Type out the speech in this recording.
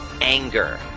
Anger